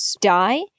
die